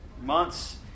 months